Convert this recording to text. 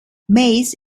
mays